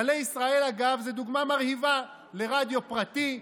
גלי ישראל, אגב, זה דוגמה מרהיבה לרדיו פרטי,